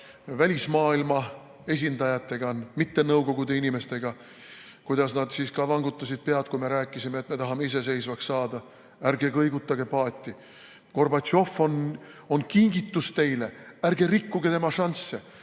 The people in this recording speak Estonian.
välismaailma esindajatega, mitte nõukogude inimestega, kuidas nad vangutasid pead, kui rääkisime, et me tahame iseseisvaks saada. Ärge kõigutage paati, Gorbatšov on teile kingitus, ärge rikkuge tema šansse,